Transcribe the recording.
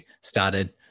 started